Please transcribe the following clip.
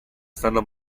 stanno